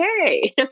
okay